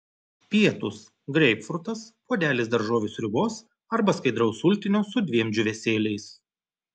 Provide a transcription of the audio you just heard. pietūs greipfrutas puodelis daržovių sriubos arba skaidraus sultinio su dviem džiūvėsėliais